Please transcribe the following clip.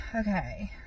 okay